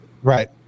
Right